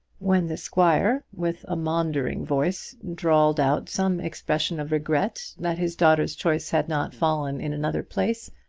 when the squire, with a maundering voice, drawled out some expression of regret that his daughter's choice had not fallen in another place,